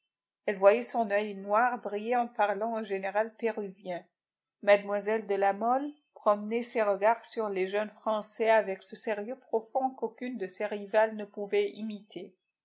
elle voyait son oeil noir briller en parlant au général péruvien mlle de la mole promenait ses regards sur les jeunes français avec ce sérieux profond qu'aucune de ses rivales ne pouvait imiter